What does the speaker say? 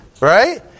right